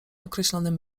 określonym